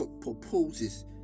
proposes